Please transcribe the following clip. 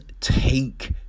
take